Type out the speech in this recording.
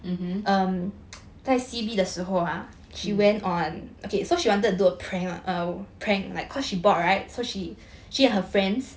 mmhmm mm